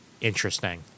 Interesting